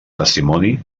testimoni